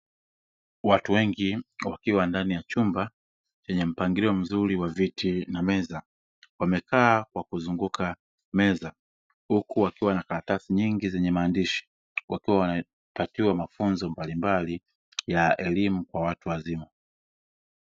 Watu wengi wakiwa ndani ya chumba chenye mpangilio mzuri wa viti na meza wamekaa kwa kuzunguka meza huku wakiwa wana karatasi nyingi zenye maandishi wakiwa wanapatiwa mafunzo mbalimbali ya elimu kwa watu wazima.